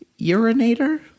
urinator